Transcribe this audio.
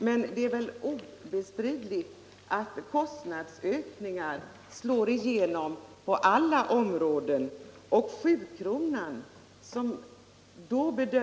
Men det är väl obestridligt att kostnadsökningar slår igenom på alla områden.